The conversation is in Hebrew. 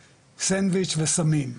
סנדוויץ' וסמים,